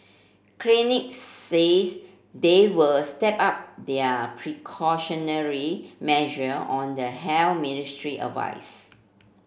clinics says they will step up their precautionary measure on the Ministry advice